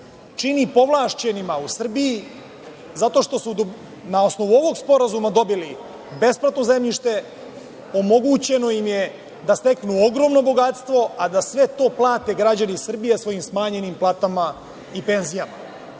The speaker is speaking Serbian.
čini povlašćeni u Srbiji, jer su na osnovu ovog sporazuma dobili besplatno zemljište, omogućeno im je da steknu ogromno bogatstvo, a da sve to plate građani Srbije sa svojim smanjenim platama i penzijama. Ne